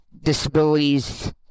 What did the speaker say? disabilities